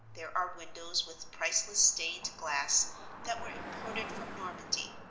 there are windows with priceless stained glass that were imported from normandy,